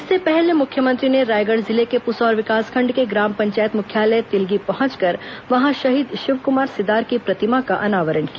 इससे पहले मुख्यमंत्री ने रायगढ़ जिले के पुसौर विकासखण्ड के ग्राम पंचायत मुख्यालय तिलगी पहंचकर वहां शहीद शिवकुमार सिदार की प्रतिमा का अनावरण किया